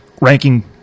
ranking